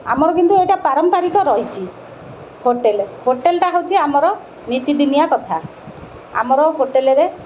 ଆମର କିନ୍ତୁ ଏଇଟା ପାରମ୍ପାରିକ ରହିଛି ହୋଟେଲ୍ ହୋଟେଲ୍ଟା ହେଉଛି ଆମର ନୀତିଦିନିଆ କଥା ଆମର ହୋଟେଲ୍ରେ